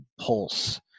pulse